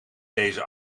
deze